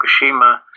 fukushima